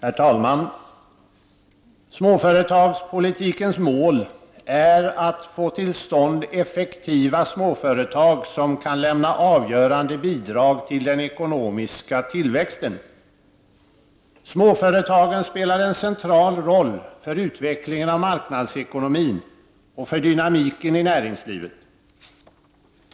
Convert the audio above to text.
Herr talman! Målet för småföretagspolitiken är att få till stånd effektiva småföretag som kan lämna avgörande bidrag till den ekonomiska tillväxten. Småföretagen spelar en central roll för utvecklingen av marknadsekonomin och för dynamiken i näringslivet.